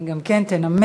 גם היא תנמק,